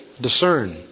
discern